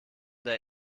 der